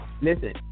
listen